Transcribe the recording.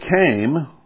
came